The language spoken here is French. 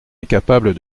incapable